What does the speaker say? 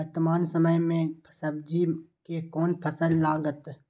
वर्तमान समय में सब्जी के कोन फसल लागत?